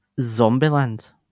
Zombieland